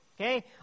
Okay